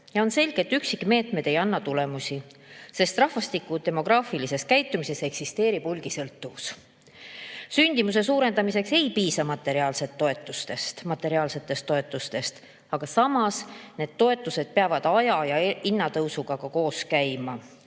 On selge, et üksikmeetmed ei anna tulemusi, sest rahvastiku demograafilises käitumises eksisteerib hulgisõltuvus. Sündimuse suurendamiseks ei piisa materiaalsetest toetustest, aga samas need toetused peavad aja ja hinnatõusuga koos käima.